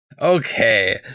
Okay